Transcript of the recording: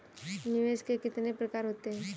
निवेश के कितने प्रकार होते हैं?